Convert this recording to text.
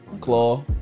claw